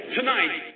tonight